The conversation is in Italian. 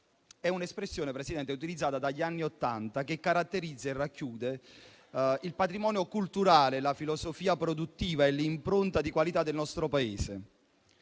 È un'espressione utilizzata dagli anni Ottanta che caratterizza e racchiude il patrimonio culturale, la filosofia produttiva e l'impronta di qualità del nostro Paese.